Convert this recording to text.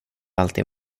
alltid